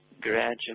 gradually